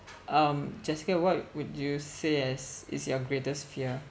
um jessica what would you say as is your greatest fear